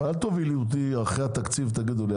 אבל אל תובילו אותי ואחרי התקציב תורידו אותי,